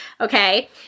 okay